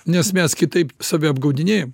nes mes kitaip save apgaudinėjam